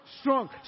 strong